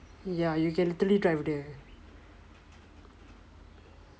ya you can literally drive there